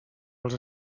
als